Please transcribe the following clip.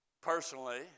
personally